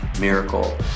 miracle